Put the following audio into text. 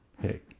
Hey